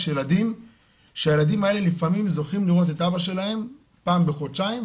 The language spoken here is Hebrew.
יש ילדים שהילדים האלה לפעמים זוכים לראות את אבא שלהם פעם בחודשיים,